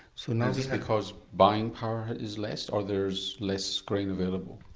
so and this because buying power is less or there's less grain available?